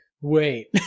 wait